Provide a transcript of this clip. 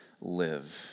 live